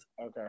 Okay